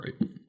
right